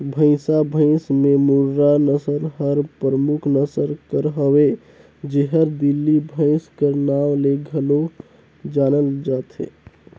भंइसा भंइस में मुर्रा नसल हर परमुख नसल कर हवे जेहर दिल्ली भंइस कर नांव ले घलो जानल जाथे